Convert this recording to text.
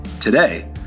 Today